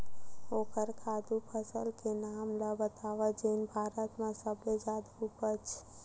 ओखर खातु फसल के नाम ला बतावव जेन भारत मा सबले जादा उपज?